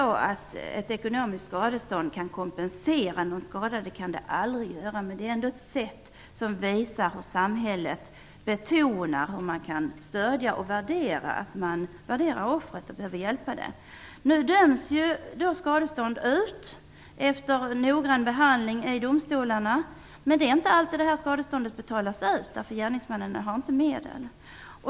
Ekonomiskt skadestånd kan visserligen aldrig kompensera en skada. Men det är ändå ett sätt för samhället att visa att man värderar offret och vill hjälpa det. Nu utdöms skadestånd efter noggrann prövning i domstolarna. Men det är inte alltid som skadeståndet betalas ut, eftersom gärningsmännen ibland saknar medel.